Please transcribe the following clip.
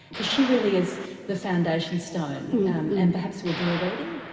because she really is the foundation stone and perhaps we'll do a reading.